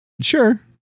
Sure